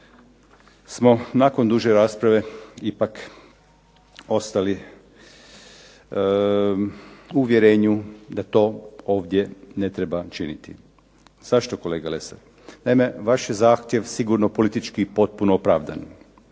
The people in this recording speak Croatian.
smo nakon duže rasprave ipak ostali u uvjerenju da to ovdje ne treba činiti. Zašto, kolega Lesar? Naime, vaš je zahtjev sigurno političko potpuno opravdan.